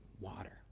water